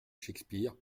shakespeare